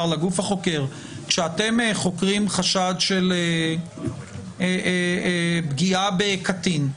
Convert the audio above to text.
לגוף החוקר: כשאתם חוקרים חשד של פגיעה בקטין,